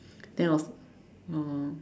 then I was oh